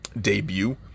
debut